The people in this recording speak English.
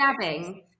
stabbing